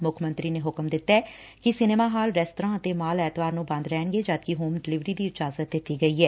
ਮੁੱਖ ਮੰਤਰੀ ਨੇ ਹੁਕਮ ਦਿੱਤੈ ਕਿ ਸਿਨੇਮਾ ਹਾਲ ਰੇਸਤਰਾ ਅਤੇ ਮਾਲ ਐਤਵਾਰ ਨੂੰ ਬੰਦ ਰਹਿਣਗੇ ਜਦਕਿ ਹੋਮ ਡਿਲਵਰੀ ਦੀ ਇਜਾਜ਼ਤ ਦਿੱਤੀ ਗਈ ਐ